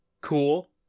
cool